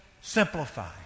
simplify